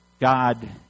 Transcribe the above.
God